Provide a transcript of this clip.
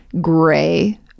gray